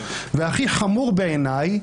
והכי חמור בעיניי,